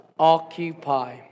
Occupy